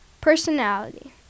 Personality